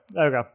okay